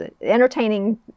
entertaining